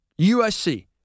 USC